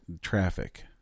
traffic